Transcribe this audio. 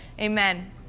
amen